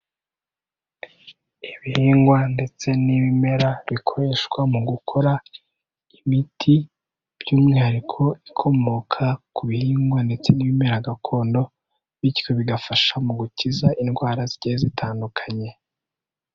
Ibihingwa ndetse n'ibimera bikoreshwa mu gukora imiti, by'umwihariko ikomoka ku bihingwa ndetse n'ibimera gakondo, bityo bigafasha mu gukiza indwara zigiye zitandukanye.